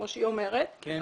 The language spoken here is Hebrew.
כמו שאומרת נציגת האוצר,